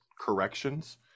corrections